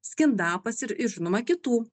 skindapas ir ir žinoma kitų